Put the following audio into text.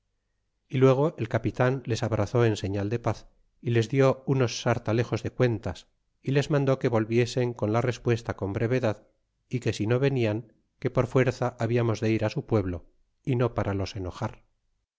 y luego el capitan les abrazó en señal de paz y les di unos sartalejos de cuentas y les mandó que volviesen con la respuesta con brevedad e que si no venian que por fuerza habiamos de ir su pueblo y no para los enojar